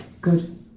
good